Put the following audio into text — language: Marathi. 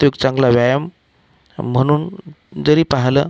तो एक चांगला व्यायाम म्हणून जरी पाहिलं